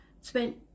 spent